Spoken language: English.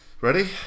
Ready